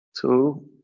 Two